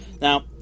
Now